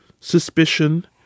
suspicion